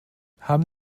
haben